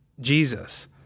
Jesus